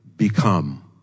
become